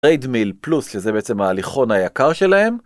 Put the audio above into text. ריידמיל פלוס שזה בעצם ההליכון היקר שלהם.